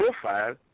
profile